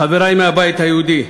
חברי מהבית היהודי,